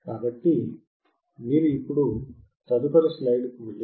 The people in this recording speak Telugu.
కాబట్టి మీరు ఇప్పుడు తదుపరి స్లైడ్కు వెళితే